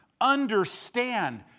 understand